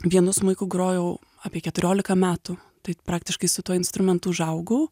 vienu smuiku grojau apie keturiolika metų tai praktiškai su tuo instrumentu užaugau